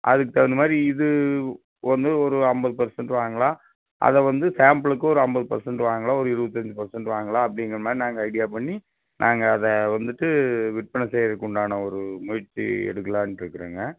அதுக்கு தகுந்த மாதிரி இது வந்து ஒரு ஐம்பது பெர்சன்ட் வாங்கலாம் அதை வந்து சாம்பிளுக்கு ஒரு ஐம்பது பெர்சன்ட் வாங்கலாம் ஒரு இருபத்தஞ்சி பெர்சன்ட் வாங்கலாம் அப்படிங்குற மாதிரி நாங்கள் ஐடியா பண்ணி நாங்கள் அதை வந்துட்டு விற்பனை செய்கிறதுக்கு உண்டான ஒரு முயற்சி எடுக்கலான்ருக்கிறேங்க